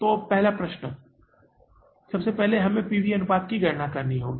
तो अब पहला प्रश्न वहाँ है सबसे पहले हमें पी वी अनुपात की गणना करनी होगी